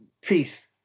Peace